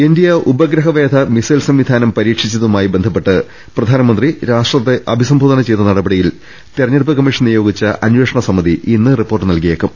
India ഉപഗ്രഹവേധ missile സംവിധാനം പരീക്ഷിച്ചതുമായി ബന്ധപ്പെട്ട് പ്രധാനമന്ത്രി രാഷ്ട്രത്തെ അഭിസംബോധന ചെയ്ത നട പടിയിൽ തെരഞ്ഞെടുപ്പ് കമ്മീഷൻ നിയോഗിച്ച അന്വേഷണ സമിതി ഇന്ന് റിപ്പോർട്ട് നൽകിയേക്കും